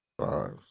five